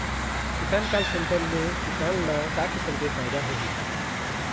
किसान call centre ले किसान ल का किसम के फायदा होही?